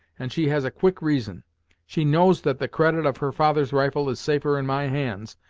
and she has a quick reason she knows that the credit of her father's rifle is safer in my hands,